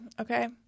okay